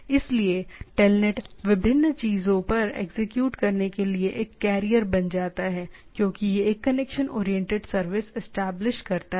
इसलिए टेलनेट विभिन्न चीजों पर एग्जीक्यूट करने के लिए एक कैरियर बन जाता है क्योंकि यह एक कनेक्शन ओरिएंटेड सर्विस एस्टेब्लिश करता है